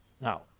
Now